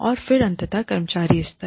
और फिर अंततः कर्मचारी स्तर